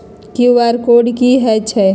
QR code कि हई छई?